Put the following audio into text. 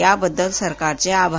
याबद्दल सरकारचे आभार